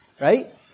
Right